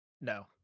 No